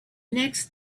next